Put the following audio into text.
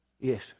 Yes